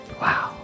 Wow